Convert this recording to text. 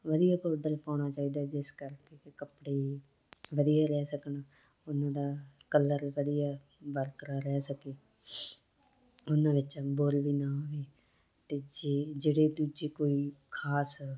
ਵਧੀਆ ਪਾਊਡਰ ਪਾਉਣਾ ਚਾਹੀਦਾ ਜਿਸ ਕਰਕੇ ਕਿ ਕੱਪੜੇ ਵਧੀਆ ਰਹਿ ਸਕਣ ਉਹਨਾਂ ਦਾ ਕਲਰ ਵਧੀਆ ਬਰਕਰਾਰ ਰਹਿ ਸਕੇ ਉਹਨਾਂ ਵਿੱਚ ਬੁਰ ਵੀ ਨਾ ਆਵੇ ਅਤੇ ਜੇ ਜਿਹੜੇ ਦੂਜੀ ਕੋਈ ਖ਼ਾਸ